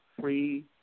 free